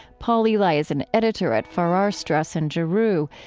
paul elie like is an editor at farrar, straus and giroux.